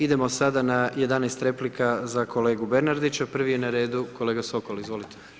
Idemo sada na 11 replika za kolegu Bernardića, prvi je na redu kolega Sokol, izvolite.